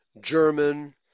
German